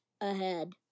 ahead